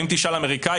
אם תשאל אמריקאי,